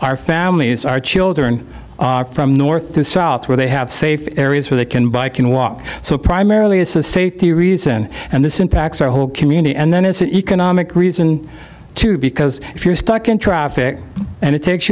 our families our children from north to south where they have safe areas where they can buy can walk so primarily it's a safety reason and this impacts our whole community and then it's an economic reason too because if you're stuck in traffic and it takes